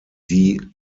die